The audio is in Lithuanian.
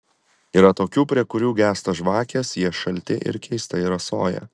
yra tokių prie kurių gęsta žvakės jie šalti ir keistai rasoja